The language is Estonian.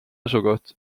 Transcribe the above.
asukoht